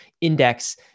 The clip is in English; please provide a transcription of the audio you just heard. Index